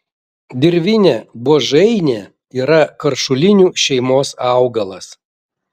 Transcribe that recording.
dirvinė buožainė yra karšulinių šeimos augalas